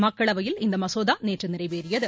மக்களவையில் இந்த மசோதா நேற்று நிறைவேறியது